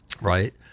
right